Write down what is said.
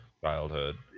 childhood